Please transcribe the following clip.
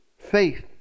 faith